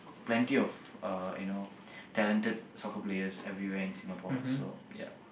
plenty of uh you know talented soccer players everywhere in Singapore also ya